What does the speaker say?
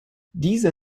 dieser